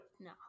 No